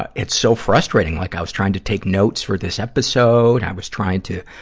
ah it's so frustrating. like, i was trying to take notes for this episode. i was trying to,